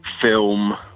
film